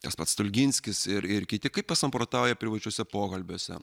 tas pats stulginskis ir ir kiti kaip pasamprotauja privačiuose pokalbiuose